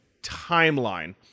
timeline